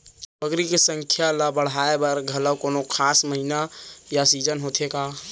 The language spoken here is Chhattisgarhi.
बकरी के संख्या ला बढ़ाए बर घलव कोनो खास महीना या सीजन होथे का?